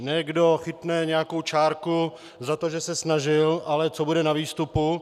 Ne kdo chytne nějakou čárku za to, že se snažil, ale co bude na výstupu.